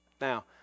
Now